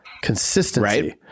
consistency